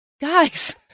guys